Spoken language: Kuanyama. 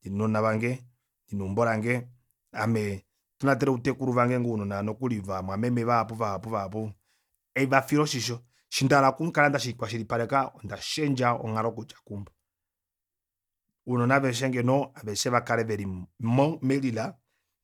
Ndina ounona vange ndina eumbo lange ame haitonatele outekulu vange ngoo ounona nokuli vaamwameme vahapu vahapu haivafile oshisho eshi ndahala oku kala ndakwashilipaleka onda shendja onghalo okudja keumbo unona aveshe ngheno aveshe vakale veli melila